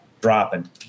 dropping